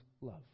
love